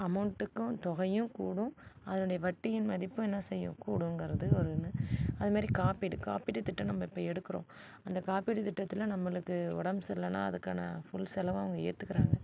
அமௌன்ட்டுக்கு தொகையும் கூடும் அதனுடைய வட்டியின் மதிப்பும் என்ன செய்யும் கூடுங்கறது ஒன்று அது மாதிரி காப்பீடு காப்பீடு திட்டம் நம்ம இப்போ எடுக்குறோம் அந்த காப்பீடு திட்டத்தில் நம்மளுக்கு ஒடம் சரி இல்லைனா அதற்கான ஃபுல் செலவும் அவங்க ஏற்றுகிறாங்க